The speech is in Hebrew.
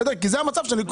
אלא כי זה המצב שיקרה.